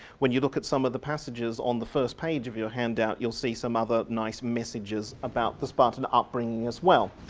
when you look at some of the passages on the first page of your handout you'll see some other nice messages about the spartan upbringing as well.